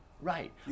Right